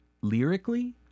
lyrically